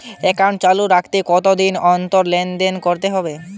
Account চালু রাখতে কতদিন অন্তর লেনদেন করতে হবে?